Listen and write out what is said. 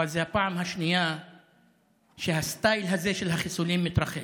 אבל זו הפעם השנייה שהסטייל הזה של החיסולים מתרחש.